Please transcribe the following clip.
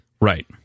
Right